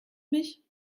mich